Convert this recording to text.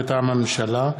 מטעם הממשלה: